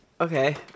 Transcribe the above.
Okay